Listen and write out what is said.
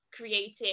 creating